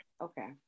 Okay